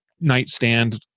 nightstand